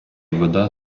вода